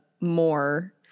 more